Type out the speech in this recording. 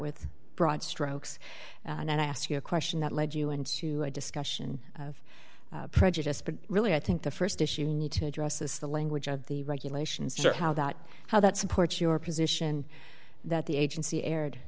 with broad strokes and i asked you a question that led you into a discussion of prejudice but really i think the st issue need to address is the language of the regulations or how that how that supports your position that the agency